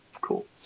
cool